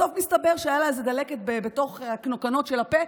בסוף התברר שהייתה לה איזה דלקת בתוך הקנוקנות של הפה.